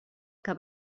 que